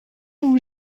vous